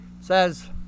says